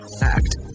act